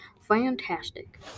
Fantastic